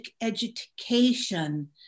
education